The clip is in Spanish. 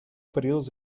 períodos